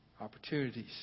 opportunities